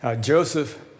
Joseph